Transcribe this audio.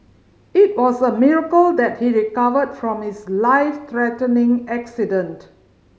it was a miracle that he recovered from his life threatening accident